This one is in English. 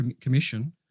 commission